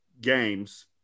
games